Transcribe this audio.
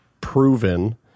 proven